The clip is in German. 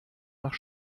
nach